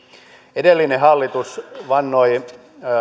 edellinen hallitus vannoi